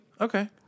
Okay